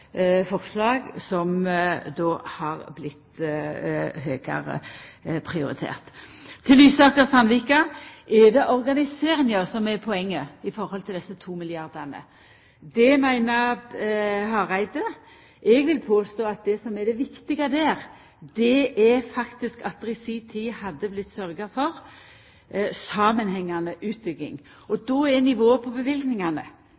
forslag som har vorte prioritert høgare. Til Lysaker–Sandvika: Er det organiseringa som er poenget med omsyn til desse 2 milliardar kr? Det meiner Hareide. Eg vil påstå at det som er det viktige, er faktisk at det i si tid hadde vorte sørgt for ei samanhengande utbygging.